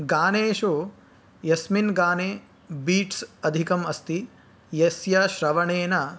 गानेषु यस्मिन् गाने बीट्स् अधिकमस्ति यस्य श्रवणेन